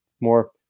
More